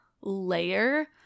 layer